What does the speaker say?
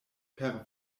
per